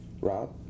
Rob